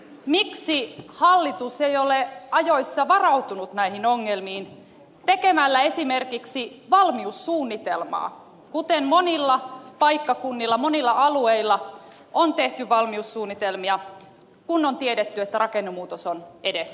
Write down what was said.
miksi hallitus ei ole ajoissa varautunut näihin ongelmiin tekemällä esimerkiksi valmiussuunnitelmaa kuten monilla paikkakunnilla monilla alueilla on tehty valmiussuunnitelmia kun on tiedetty että rakennemuutos on edessä